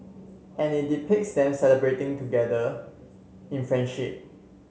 and it depicts them celebrating together in friendship